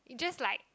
it just like